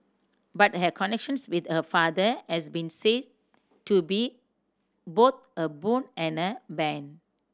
but her connections with her father has been said to be both a boon and a bane